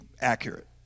accurate